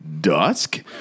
Dusk